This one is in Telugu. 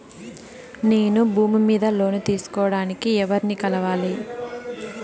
నేను భూమి మీద లోను తీసుకోడానికి ఎవర్ని కలవాలి?